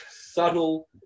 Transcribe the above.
subtle